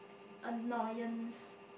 annoyance